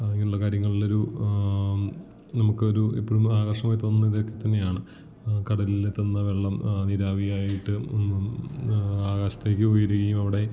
അങ്ങനെയുള്ള കാര്യങ്ങളിലൊരു നമുക്കൊരു എപ്പോഴും ആകർഷകമായി തോന്നുന്നത് ഇതൊക്കെ തന്നെയാണ് കടലിലെത്തുന്ന വെള്ളം നീരാവിയായിട്ട് ആകാശത്തേക്ക് ഉയരുകയും അവിടെ